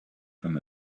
from